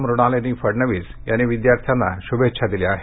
मृणालिनी फडणवीस यांनी विद्यार्थ्यांना शुभेच्छा दिल्या आहेत